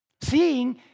Seeing